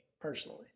personally